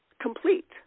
complete